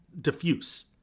diffuse